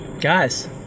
guys